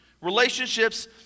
relationships